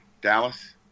Dallas